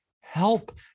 help